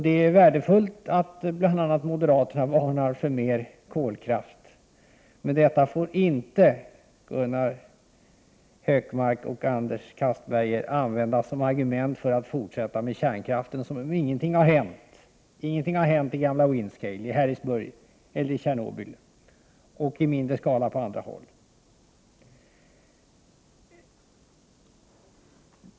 Det är värdefullt att bl.a. moderaterna varnar för mer kolkraft, men detta får inte, Gunnar Hökmark och Anders Castberger, användas som argument för att fortsätta med kärnkraften som om ingenting har hänt, som om ingenting har hänt i gamla Windscale, Harrisburg eller Tjernobyl och i mindre skala på andra håll.